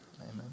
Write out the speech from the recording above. Amen